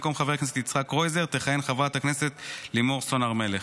במקום חבר הכנסת יצחק קרויזר תכהן חברת הכנסת לימור סון הר מלך.